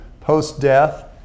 post-death